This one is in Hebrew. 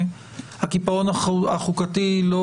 הקיפאון החוקתי לא